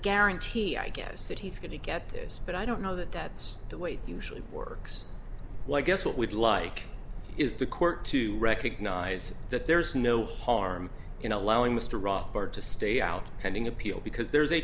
guarantee i guess that he's going to get this but i don't know that that's the way usually works why i guess what we'd like is the court to recognize that there's no harm in allowing mr rutherford to stay out pending appeal because there's a